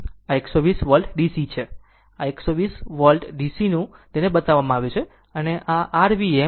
આ 120 volt DC છે આ 120 વોલ્ટ નું DC તેને બનાવવામાં આવ્યું છે